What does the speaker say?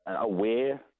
aware